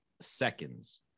seconds